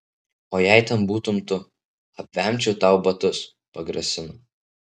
o jei ten būtum tu apvemčiau tau batus pagrasino